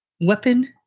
weapon